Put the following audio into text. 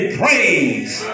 praise